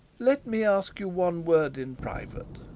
let me ask you one word in private.